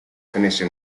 finished